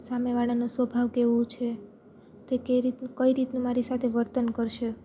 સામે વાળાનો સ્વભાવ કેવો છે તે કઈ રીતનું મારી સાથે વર્તન કરશે